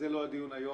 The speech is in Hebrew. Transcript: אבל זה לא הדיון היום